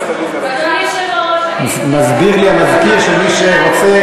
מסביר לי המזכיר שמי שרוצה,